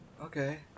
Okay